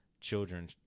children